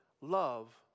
love